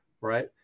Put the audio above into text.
right